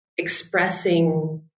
expressing